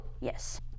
Yes